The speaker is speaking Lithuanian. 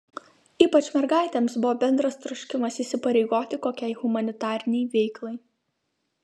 ypač mergaitėms buvo bendras troškimas įsipareigoti kokiai humanitarinei veiklai